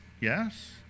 Yes